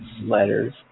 letters